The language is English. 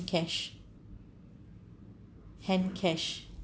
cash hand cash